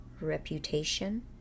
reputation